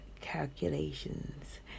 calculations